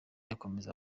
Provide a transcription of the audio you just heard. ayakomereza